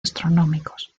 astronómicos